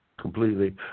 completely